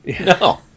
No